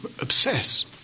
obsess